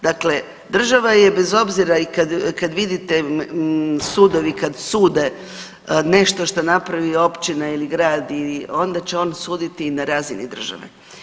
Dakle, država bez obzira i kad vidite sudovi kad sude nešto što napravi općina ili grad i onda će on suditi i na razini države.